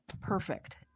perfect